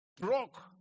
Broke